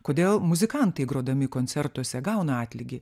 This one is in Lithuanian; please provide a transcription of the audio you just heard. kodėl muzikantai grodami koncertuose gauna atlygį